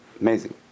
Amazing